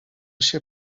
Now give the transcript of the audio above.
się